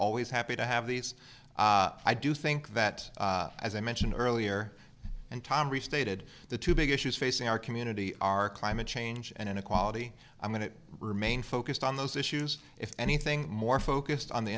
always happy to have these i do think that as i mentioned earlier and tom restated the two big issues facing our community are climate change and inequality i'm going to remain focused on those issues if anything more focused on the